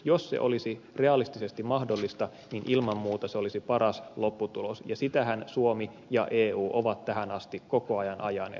jos se olisi realistisesti mahdollista niin ilman muuta se olisi paras lopputulos ja sitähän suomi ja eu ovat tähän asti koko ajan ajaneet